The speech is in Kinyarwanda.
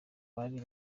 bari